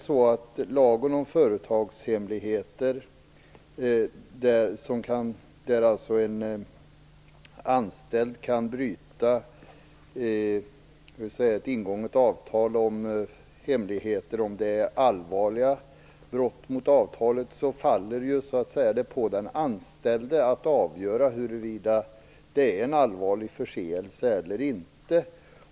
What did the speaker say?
Enligt lagen om företagshemligheter kan en anställd bryta ett ingånget avtal om hemligheter. Om det är fråga om allvarliga brott mot avtalet faller det ju på den anställde att avgöra huruvida det är en allvarlig förseelse eller inte.